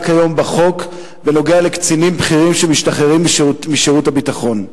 היום בחוק בנוגע לקצינים בכירים שמשתחררים משירות הביטחון.